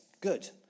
good